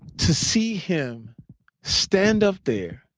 to see him stand up there,